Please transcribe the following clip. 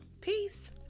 peace